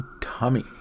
tummy